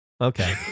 Okay